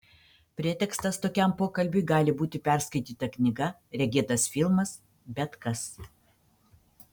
pretekstas tokiam pokalbiui gali būti perskaityta knyga regėtas filmas bet kas